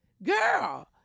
Girl